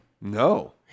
No